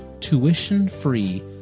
tuition-free